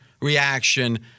reaction